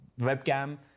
webcam